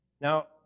Now